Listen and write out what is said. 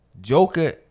Joker